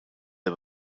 der